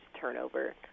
turnover